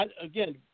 again